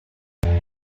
dallas